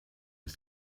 ist